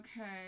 Okay